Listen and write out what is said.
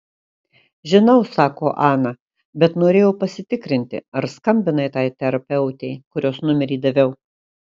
žinau sako ana bet norėjau pasitikrinti ar skambinai tai terapeutei kurios numerį daviau